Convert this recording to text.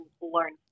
learn